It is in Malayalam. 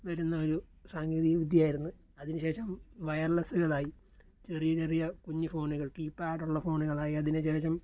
വരുന്ന ഒരു സാങ്കേതിക വിദ്യയായിരുന്നു അതിനുശേഷം വയർലെസ്സുകളായി ചെറിയ ചെറിയ കുഞ്ഞു ഫോണുകൾ കീപാടുള്ള ഫോണുകളായി അതിനുശേഷം